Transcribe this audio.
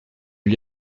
lui